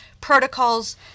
protocols